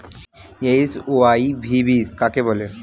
HYV বীজ কাকে বলে?